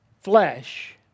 flesh